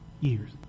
years